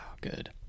good